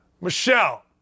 Michelle